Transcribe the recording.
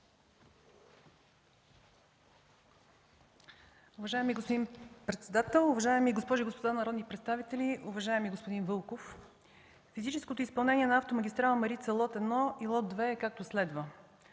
Уважаеми господин председател, уважаеми госпожи и господа народни представители! Уважаеми господин Вълков, физическото изпълнение на Автомагистрала „Марица” – лот 1 и лот 2, е както следва.